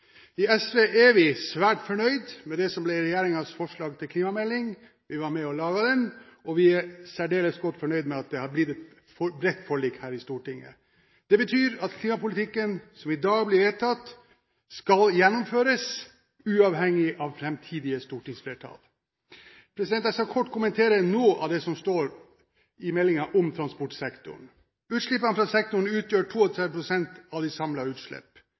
I SV er vi svært fornøyd med det som ble regjeringens forslag til klimamelding. Vi var med og laget den, og vi er særdeles godt fornøyd med at det har blitt et bredt forlik her i Stortinget. Det betyr at den klimapolitikken som i dag blir vedtatt, skal gjennomføres uavhengig av framtidige stortingsflertall. Jeg skal kort kommentere noe av det som står i meldingen om transportsektoren. Utslippene fra sektoren utgjør 32 pst. av de